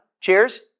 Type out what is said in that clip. cheers